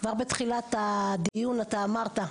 כבר בתחילת הדיון אתה אמרת,